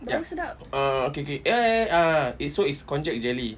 ya err okay K ya ya uh it so it's konjac jelly